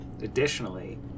Additionally